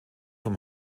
vom